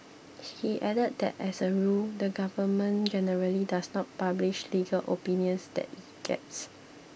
he added that as a rule the government generally does not publish legal opinions that it gets